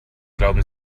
glauben